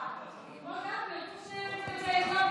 לייצור חשמל מאנרגיית השמש או מתקן אגירה,